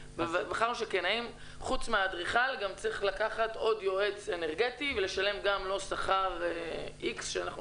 האם חוץ מהאדריכל גם צריך לקחת עוד יועץ אנרגטי ולשלם גם לו שכר איקס.